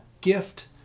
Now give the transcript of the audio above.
gift